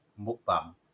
mukbang